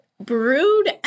Brood